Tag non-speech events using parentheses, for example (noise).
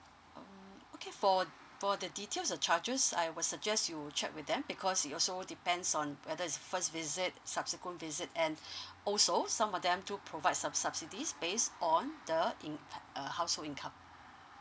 mm okay for for the details of charges I will suggest you check with them because it also depends on whether is first visit subsequent visit and (breath) also some of them do provide some subsidies based on the in~ a household income